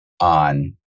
on